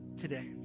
today